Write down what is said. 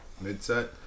mid-set